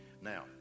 now